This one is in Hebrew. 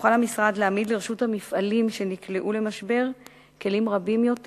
יוכל המשרד להעמיד לרשות המפעלים שנקלעו למשבר כלים רבים יותר